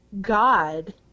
God